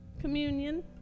communion